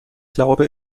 glaube